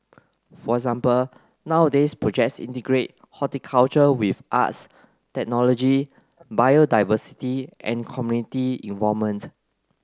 for example nowadays projects integrate horticulture with arts technology biodiversity and community involvement